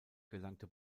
gelangte